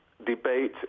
debate